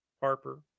Harper